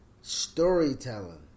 storytelling